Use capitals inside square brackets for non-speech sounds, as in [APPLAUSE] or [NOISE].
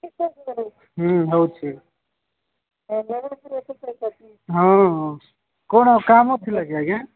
[UNINTELLIGIBLE] ହୁଁ ହଉଛି [UNINTELLIGIBLE] ହଁ ହଁ କ'ଣ କାମ ଥିଲା କି ଆଜ୍ଞା